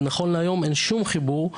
ונכון להיום אין שום חיבור,